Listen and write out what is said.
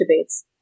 debates